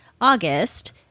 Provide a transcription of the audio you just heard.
August